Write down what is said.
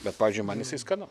bet pavyzdžiui man jisai skanu